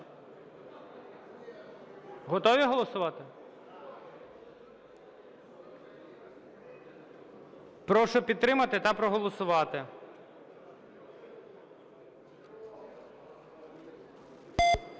Готові голосувати? Прошу підтримати та проголосувати.